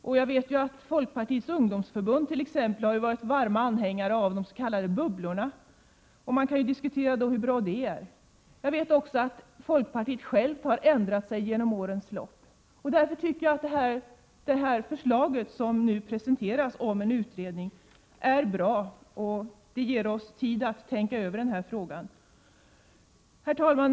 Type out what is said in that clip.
Jag vet att t.ex. Folkpartiets ungdomsförbund har varit varma anhängare av de s.k. bubblorna, och man kan ju diskutera hur bra de är. Jag vet också att folkpartiet har ändrat sin inställning genom åren. Jag tycker att 7 det förslag om en utredning som nu presenteras är bra, och det ger oss tid att tänka över denna fråga. : Herr talman!